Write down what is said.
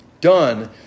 done